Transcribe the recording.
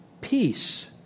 peace